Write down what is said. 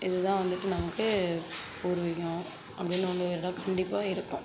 இதுதான் வந்துட்டு நமக்கு பூர்விகம் அப்படினு ஒரு இடம் கண்டிப்பாக இருக்கும்